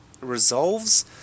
resolves